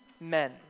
men